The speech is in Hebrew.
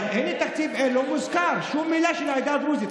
אבל אין תקציב, לא מוזכרת בשום מילה העדה הדרוזית.